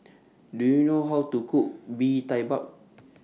Do YOU know How to Cook Bee Tai Bak